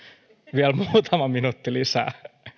vielä muutama minuutti lisää